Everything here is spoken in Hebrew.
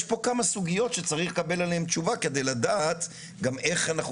יש פה כמה סוגיות שצריך לקבל עליהן תשובה כדי לדעת גם איך אנחנו